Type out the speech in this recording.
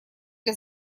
для